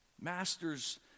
masters